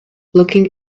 looking